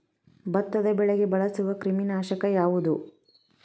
ಭತ್ತದ ಬೆಳೆಗೆ ಬಳಸುವ ಕ್ರಿಮಿ ನಾಶಕ ಯಾವುದು?